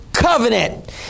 covenant